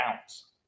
Bounce